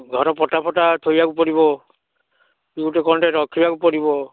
ଘର ପଟା ଫଟା ଥୋଇବାକୁ ପଡ଼ିବ ତୁ ଗୋଟେ କ'ଣ ଗୋଟେ ରଖିବାକୁ ପଡ଼ିବ